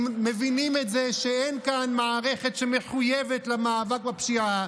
ומבינים את זה שאין כאן מערכת שמחויבת למאבק בפשיעה,